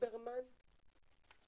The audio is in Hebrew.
ליברמן ב-זום.